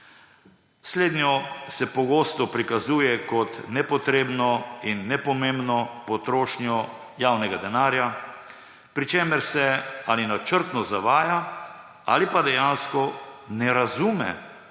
Slednjo se pogosto prikazuje kot nepotrebno in nepomembno potrošnjo javnega denarja, pri čemer se ali načrtno zavaja ali pa dejansko ne razume pomena